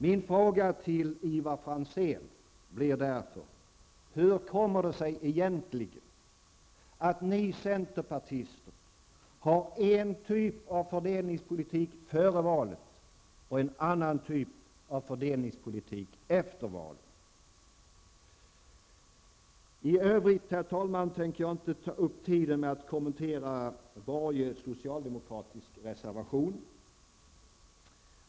Min fråga till Ivar Franzén blir därför: Hur kommer det sig att ni centerpartister har en typ av fördelningspolitik före valet och en annan efter? I övrigt tänker jag inte ta upp tiden med att kommentera varje socialdemokratisk reservation.